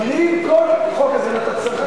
מכירים את כל הגנת הצרכן.